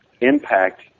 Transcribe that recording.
impact